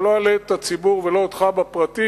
אני לא אלאה את הציבור ולא אותך בפרטים,